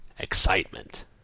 excitement